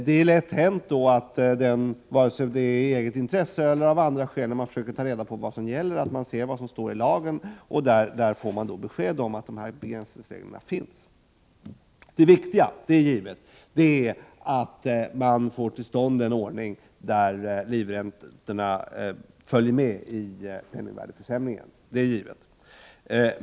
Den som i eget intresse eller av andra skäl genom att studera lagen försöker ta reda på vad som gäller möts där av begränsningsreglerna, och det är lätt hänt att man får uppfattningen att de också tillämpas. Det viktiga är givetvis att man har en ordning där livräntorna följer penningvärdesförsämringen.